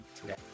today